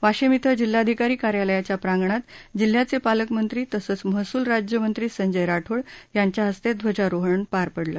वाशिम ध्वे जिल्हाधिकारी कार्यालयाच्या प्रांगणात जिल्ह्याचे पालकमंत्री तसंच महसूल राज्यमंत्री संजय राठोड याच्या हस्ते ध्वजारोहणाने पार पडला